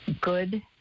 Good